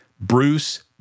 Bruce